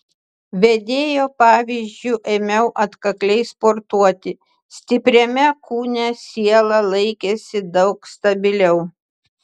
vedėjo pavyzdžiu ėmiau atkakliai sportuoti stipriame kūne siela laikėsi daug stabiliau